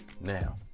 Now